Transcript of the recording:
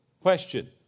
Question